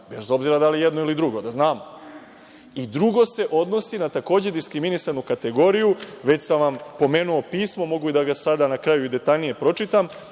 bez obzira da li jedno ili drugo, da znamo. Drugo se odnosi na takođe diskriminisanu kategoriju, već sam pomenuo pismo, mogu sada na kraju i detaljnije da pročitam,